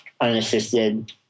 unassisted